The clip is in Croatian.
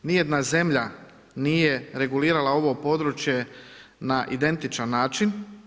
Ni jedna zemlja nije regulirala ovo područje na identičan način.